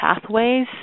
pathways